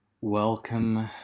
Welcome